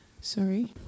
Sorry